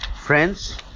Friends